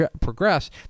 progress